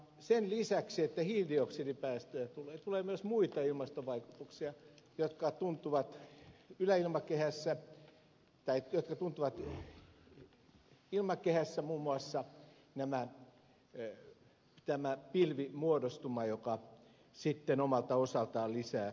sen lisäksi että hiilidioksidipäästöjä tulee tulee myös muita ilmastovaikutuksia jotka tuntuvat ilmakehässä muun muassa tämä pilvimuodostuma joka sitten omalta osaltaan lisää lämpenemistä